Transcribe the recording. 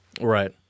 Right